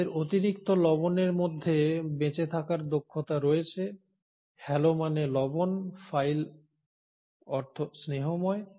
তাদের অতিরিক্ত লবণের মধ্যে বেঁচে থাকার দক্ষতা রয়েছে হ্যালো মানে লবণ ফাইল অর্থ স্নেহময়